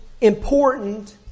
important